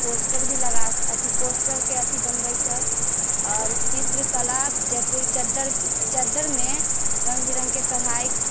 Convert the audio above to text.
poster भी लगा अथि पोस्टरके अथि बनबैत छै आओर चित्रकला जयपुरी चद्दरि चद्दरिमे रङ्ग बिरङ्गके कढ़ाइ